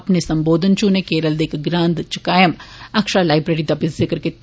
अपने संबोधन इच उनें केरल दे इक ग्रां इचक ायम अक्षरा लाइब्रेरी दा बी जिक्र कीता